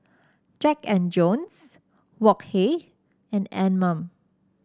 Jack And Jones Wok Hey and Anmum